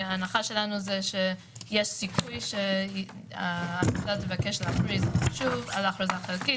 ההנחה שלנו היא שיש סיכוי שתהיה בקשה להכריז שוב על הכרזה חלקית